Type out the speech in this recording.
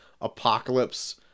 Apocalypse